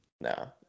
No